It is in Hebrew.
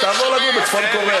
אז תעבור לגור בצפון-קוריאה.